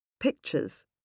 pictures